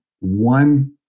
one